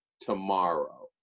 tomorrow